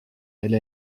elle